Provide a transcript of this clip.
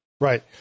Right